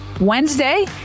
Wednesday